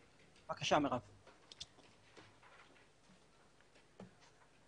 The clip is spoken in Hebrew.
ברשותכם, אני אציג מצגת קצרה.